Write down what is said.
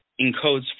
encodes